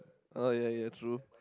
oh ya ya true